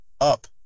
up